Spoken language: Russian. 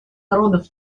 народов